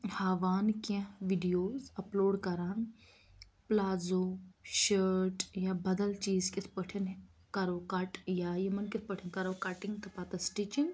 ہاوان کیٚنٛہہ videos upload کَران پٕلازو شٲرٹ یا بَدَل چیٖز کِتھ پٲٹھۍ کَرو کَٹ یا یِمَن کِتھ پٲٹھۍ کَرو کَٹِنٛگ تہٕ پَتہٕ سٹِچِنٛگ